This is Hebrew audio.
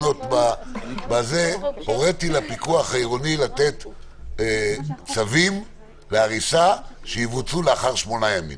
הוריתי לפיקוח לתת צווי הריסה שיבוצעו לאחר 8 ימים.